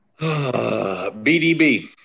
BDB